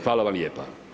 Hvala vam lijepa.